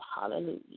Hallelujah